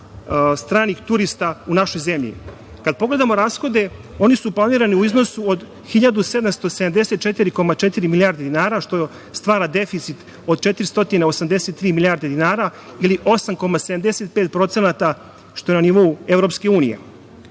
stranih turista u našoj zemlji. Kad pogledamo rashode, oni su planirani u iznosu od 1.774,4 milijarde dinara, što stvara deficit od 483 milijarde dinara ili 8,75% što je na nivou EU.Ja bih